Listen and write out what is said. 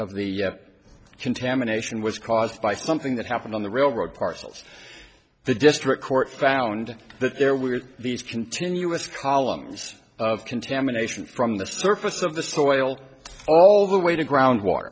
of the contamination was caused by something that happened on the railroad parcels the district court found that there were these continuous columns of contamination from the surface of the soil all the way to groundwater